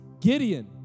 Gideon